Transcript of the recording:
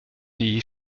die